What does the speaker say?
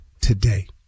today